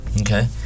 okay